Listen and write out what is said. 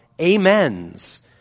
amens